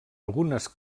algunes